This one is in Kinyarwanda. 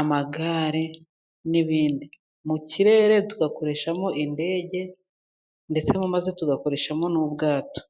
amagare n' ibindi mu kirere tugakoreshamo indege ndetse no mu mazi tugakoreshamo n' ubwato.